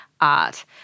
art